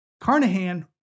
Carnahan